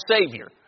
Savior